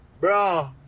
Bro